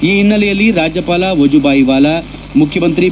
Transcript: ಈ ಹಿನ್ನಲೆಯಲ್ಲಿ ರಾಜ್ಯಪಾಲ ವಜೂಬಾಯಿ ವಾಲಾ ಮುಖ್ಯಮಂತ್ರಿ ಬಿ